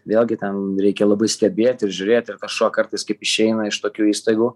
vėlgi ten reikia labai stebėt ir žiūrėt ir tas šuo kartais kaip išeina iš tokių įstaigų